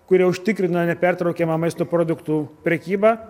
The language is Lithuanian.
kurie užtikrina nepertraukiamą maisto produktų prekybą